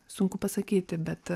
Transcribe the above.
sunku pasakyti bet